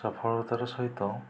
ସଫଳତାର ସହିତ